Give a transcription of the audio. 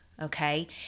okay